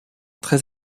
très